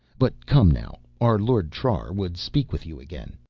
but come now, our lord trar would speak with you again.